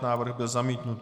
Návrh byl zamítnut.